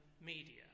media